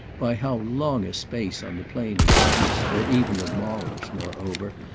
by how long a space on the plane of manners or even of morals, moreover,